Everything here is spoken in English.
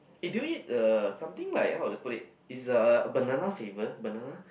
eh do you eat the something like how to put it's the banana flavour banana